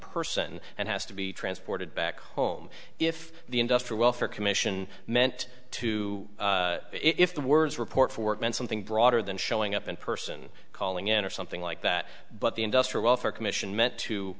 person and has to be transported back home if the industrial welfare commission meant to if the words report for it meant something broader than showing up in person calling in or something like that but the industrial welfare commission meant to